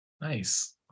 Nice